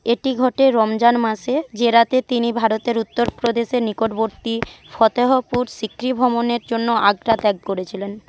এটি ঘটে রমজান মাসে যে রাতে তিনি ভারতের উত্তরপ্রদেশে নিকটবর্তী ফতেহপুর সিক্রি ভ্রমণের জন্য আগ্রা ত্যাগ করেছিলেন